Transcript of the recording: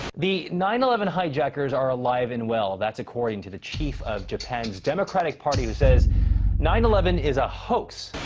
the nine eleven hijackers are alive and well that's according to the chief of japan's democratic party who says nine eleven is a hoax.